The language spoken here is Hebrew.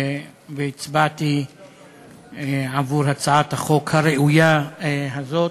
והצבעתי עבור הצעת החוק הראויה הזאת.